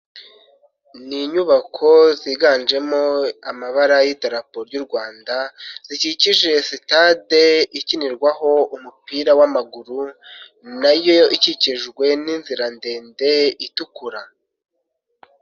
Ni inyubako ziganjemo amabara y'iterapo ry'u rwanda, zikikije sitade ikinirwaho umupira wamaguru nayo ikikijwe ninzira ndende itukura.